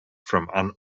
from